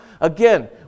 again